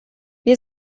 wir